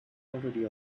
already